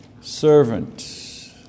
servant